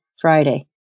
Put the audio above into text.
Friday